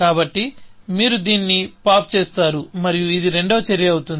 కాబట్టి మీరు దీన్ని పాప్ చేస్తారు మరియు ఇది రెండవ చర్య అవుతుంది